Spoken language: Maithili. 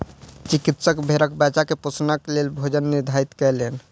चिकित्सक भेड़क बच्चा के पोषणक लेल भोजन निर्धारित कयलैन